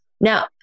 Now